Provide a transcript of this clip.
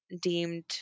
deemed